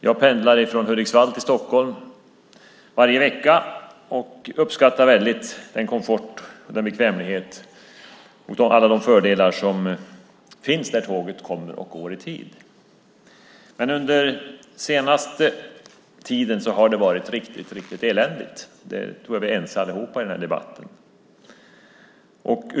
Jag pendlar från Hudiksvall till Stockholm varje vecka och uppskattar väldigt komforten och bekvämligheten och alla de fördelar som finns när tåget kommer och går i tid. Under den senaste tiden har det varit riktigt, riktigt eländigt. Det tror jag att vi alla som deltar i debatten är överens om.